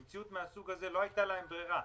במציאות מהסוג הזה לא הייתה להם ברירה.